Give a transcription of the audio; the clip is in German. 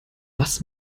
was